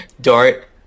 dart